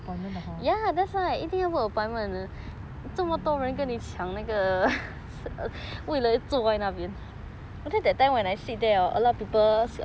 appointment 的 hor